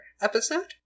episode